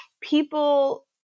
people